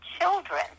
children